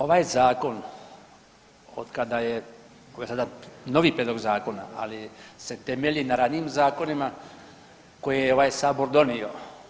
Ovaj zakon otkada je, ovo je sada novi prijedlog zakona, ali se temelji na ranijim zakonima koje je ovaj sabor donio.